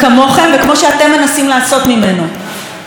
הוא חכם ואמיץ מהמנהיגים שלו,